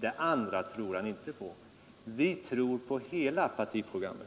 Det andra tror han inte på. Vi tror på hela partiprogrammet.